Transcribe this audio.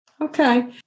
Okay